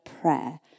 prayer